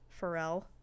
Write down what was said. Pharrell